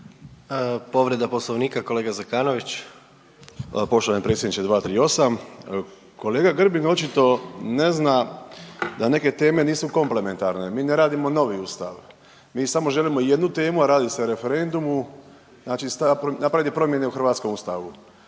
**Zekanović, Hrvoje (HDS)** Poštovani predsjedniče 238., kolega Grbin očito ne zna da neke teme nisu komplementarne, mi ne radimo novi ustav, mi samo želimo jednu temu, a radi se o referendumu, znači napraviti promjene u hrvatskom ustavu.